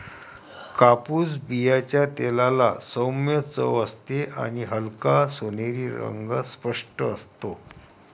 कापूस बियांच्या तेलाला सौम्य चव असते आणि हलका सोनेरी रंग स्पष्ट असतो